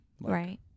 Right